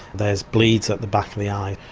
there's bleeds at the back of the eye,